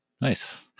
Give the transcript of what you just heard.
Nice